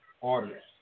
orders